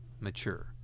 mature